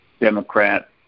Democrat